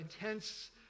intense